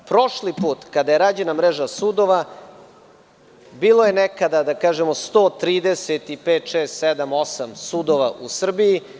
Prošli put, kada je rađena mreža sudova, bilo je nekada 130 i 5, 6, 7, 8 sudova u Srbiji.